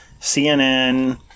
CNN